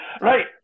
Right